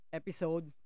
episode